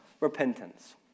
repentance